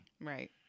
Right